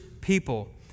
people